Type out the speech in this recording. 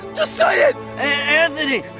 say it! anthony.